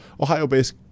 Ohio-based